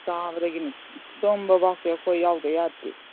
ꯆꯥꯕꯗꯒꯤꯅ ꯇꯨꯝꯕꯐꯥꯎꯁꯦ ꯑꯩꯈꯣꯏ ꯌꯥꯎꯗ ꯌꯥꯗꯦ